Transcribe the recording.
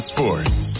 Sports